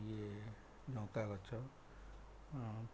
ଇଏ ଲଙ୍କାଗଛ